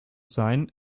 sein